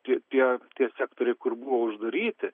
ti tie tie sektoriai kur buvo uždaryti